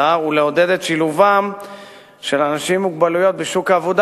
ולעודד את שילובם של אנשים עם מוגבלויות בשוק העבודה.